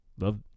Love